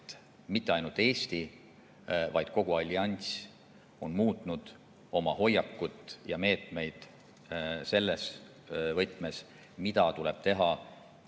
et mitte ainult Eesti, vaid kogu allianss on muutnud oma hoiakut ja meetmeid selles võtmes, mida tuleb teha,